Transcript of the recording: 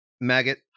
maggot